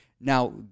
Now